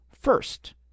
first